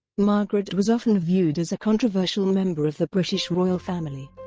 margaret was often viewed as a controversial member of the british royal family.